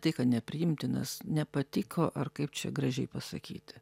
tai ka nepriimtinas nepatiko ar kaip čia gražiai pasakyti